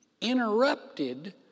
interrupted